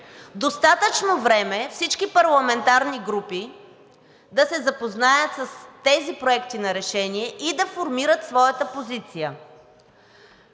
достатъчно време всички парламентарни групи да се запознаят с тези проекти на решение и да формират своята позиция.